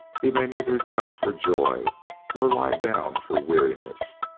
he may neither jump for joy nor lie down for weariness.